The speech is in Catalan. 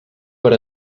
per